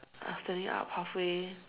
I was standing up halfway